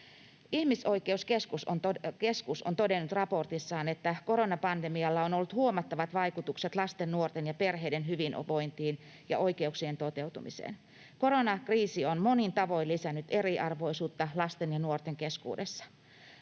Ihmisoikeuskeskus on todennut raportissaan, että koronapandemialla on ollut huomattavat vaikutukset lasten, nuorten ja perheiden hyvinvointiin ja oikeuksien toteutumiseen. Koronakriisi on monin tavoin lisännyt eriarvoisuutta lasten ja nuorten keskuudessa.